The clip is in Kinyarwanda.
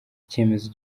icyemezo